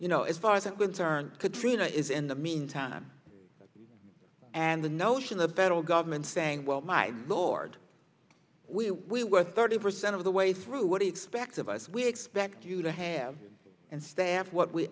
you know as far as i'm concerned katrina is in the meantime and the notion the federal government saying well my lord we were thirty percent of the way through what he expects of us we expect you to have and staff what we